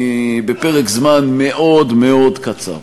בפרק זמן מאוד מאוד קצר.